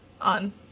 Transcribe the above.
on